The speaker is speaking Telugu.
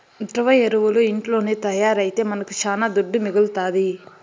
ద్రవ ఎరువులు ఇంట్లోనే తయారైతే మనకు శానా దుడ్డు మిగలుతాది